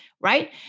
right